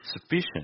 sufficient